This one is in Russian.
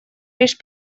лишь